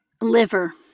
Liver